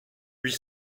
huit